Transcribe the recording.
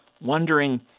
wondering